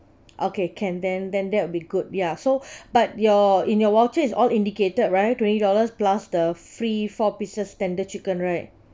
okay can then then that will be good ya so but your in your voucher is all indicated right twenty dollars plus the free four pieces tender chicken right